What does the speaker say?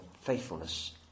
faithfulness